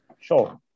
sure